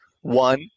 one